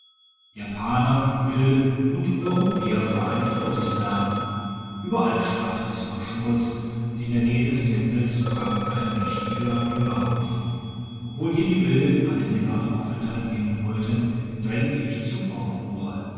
japaner wilde digitized by google und europäer vereint vor sich sahen ueberall starrte es vor schmutz und in der nähe des tempels prangte ein mächtiger düngerhaufen obwohl hier die wilden einen längeren aufenthalt nehmen wollten drängte ich zum aufbruche